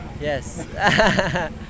Yes